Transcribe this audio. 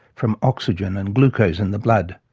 from oxygen and glucose in the blood.